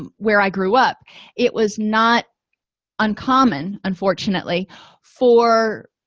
um where i grew up it was not uncommon unfortunately for